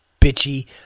bitchy